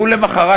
למחרת,